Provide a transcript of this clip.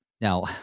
Now